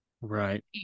Right